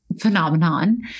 phenomenon